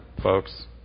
folks